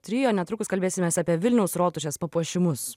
trio netrukus kalbėsimės apie vilniaus rotušės papuošimus